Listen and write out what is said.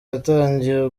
yatangiye